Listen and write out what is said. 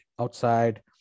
outside